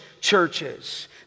churches